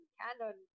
canon